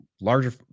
larger